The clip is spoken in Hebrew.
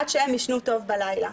עד שהם ישנו טוב בלילה.